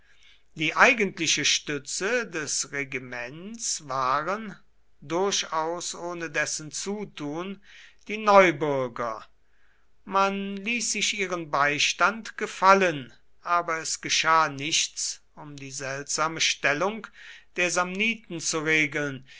die eigentliche stütze des regiments waren durchaus ohne dessen zutun die neubürger man ließ sich ihren beistand gefallen aber es geschah nichts um die seltsame stellung der samniten zu regeln